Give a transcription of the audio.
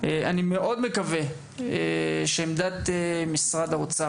אני מאוד מקווה שעמדת משרד האוצר,